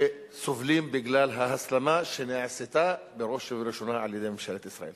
שסובלים בגלל ההסלמה שנעשתה בראש ובראשונה על-ידי ממשלת ישראל.